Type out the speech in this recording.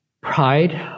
pride